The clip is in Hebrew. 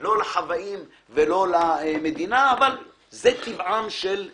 לא לחוואים ולא למדינה, אבל זהו טבע האיזונים.